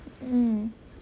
mm